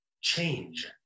change